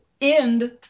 end